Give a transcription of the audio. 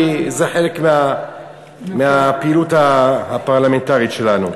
כי זה חלק מהפעילות הפרלמנטרית שלנו.